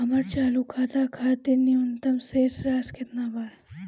हमर चालू खाता खातिर न्यूनतम शेष राशि केतना बा?